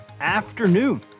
afternoon